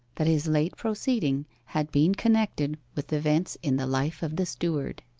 that his late proceeding had been connected with events in the life of the steward.